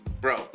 bro